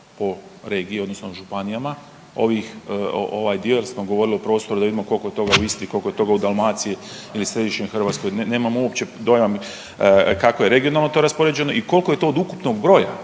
po regiji odnosno županijama ovaj dio jer smo govorili o prostoru da vidimo koliko je toga u Istri, koliko je toga u Dalmaciji ili središnjoj Hrvatskoj? Nemamo uopće dojam kako je regionalno to raspoređeno. I koliko je to od ukupnog broja,